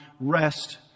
rest